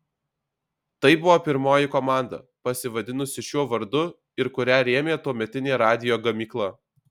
tai buvo pirmoji komanda pasivadinusi šiuo vardu ir kurią rėmė tuometinė radijo gamykla